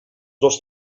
dos